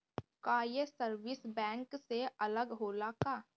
का ये service bank से अलग होला का?